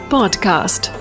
Podcast